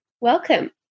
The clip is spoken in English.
Welcome